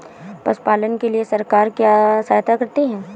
पशु पालन के लिए सरकार क्या सहायता करती है?